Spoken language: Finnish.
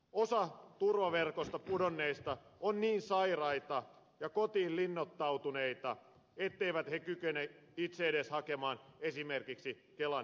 osa turvaverkosta pudonneista on niin sairaita ja kotiinsa linnoittautuneita etteivät he kykene itse edes hakemaan esimerkiksi kelan etuuksia